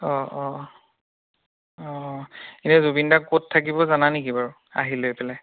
অঁ অঁ অঁ এনে জুবিনদা ক'ত থাকিব জানা নেকি বাৰু আহি লৈ পেলাই